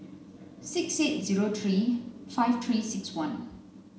six eight zero three five three six one